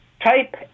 Type